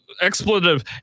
expletive